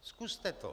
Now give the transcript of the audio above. Zkuste to.